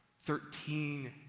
Thirteen